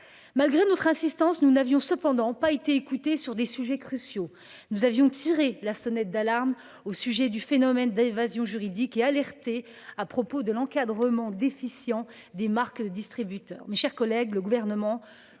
Malgré notre insistance, nous n'avions cependant pas été écoutés sur des sujets cruciaux. Nous avions tiré la sonnette d'alarme au sujet du phénomène d'évasion juridique et alerté à propos de l'encadrement déficient des marques de distributeurs. Le Gouvernement